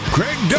Craig